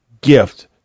gift